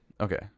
Okay